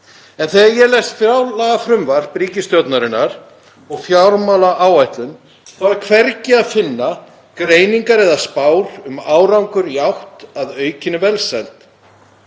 En þegar ég les fjárlagafrumvarp ríkisstjórnarinnar og fjármálaáætlun þá er hvergi að finna greiningar eða spár um árangur í átt að aukinni velsæld.